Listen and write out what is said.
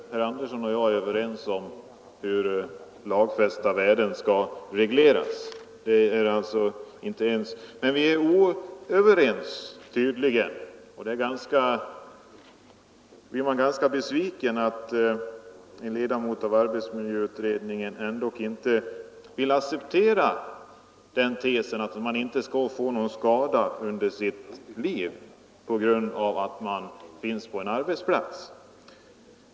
Herr talman! Herr Andersson och jag är överens om hur lagfästa värden skall regleras. Men vi är tydligen inte överens om och man blir ganska besviken över att en ledamot av arbetsmiljöutredningen ändock inte vill acceptera tesen att man inte skall få någon skada under sitt liv på grund av att man finns på en arbetsplats.